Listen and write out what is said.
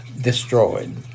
destroyed